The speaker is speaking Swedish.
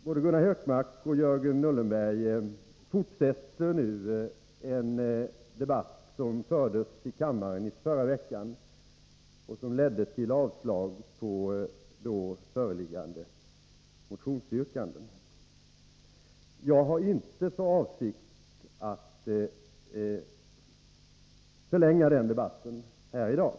Både Gunnar Hökmark och Jörgen Ullenberg fortsätter nu en debatt som fördes i kammaren i förra veckan och som ledde till avslag på då föreliggande motionsyrkanden. Jag har inte för avsikt att förlänga den debatten här i dag.